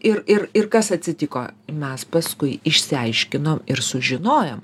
ir ir ir kas atsitiko mes paskui išsiaiškinom ir sužinojom